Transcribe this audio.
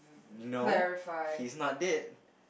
no he's not dead